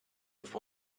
have